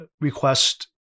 request